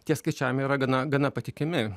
tie skaičiavimai yra gana gana patikimi